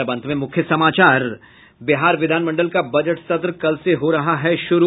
और अब अंत में मुख्य समाचार बिहार विधानमंडल का बजट सत्र कल से हो रहा है शुरू